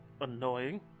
annoying